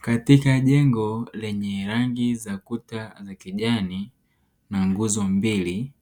Katika jengo lenye rangi za kuta za kijani na nguzo mbili